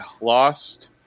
lost